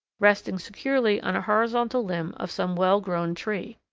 resting securely on a horizontal limb of some well-grown tree.